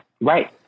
Right